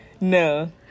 No